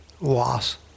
loss